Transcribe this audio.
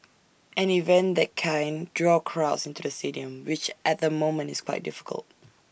an event that kind draw crowds into the stadium which at the moment is quite difficult